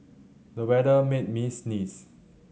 the weather made me sneeze